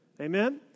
Amen